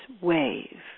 wave